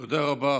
תודה רבה.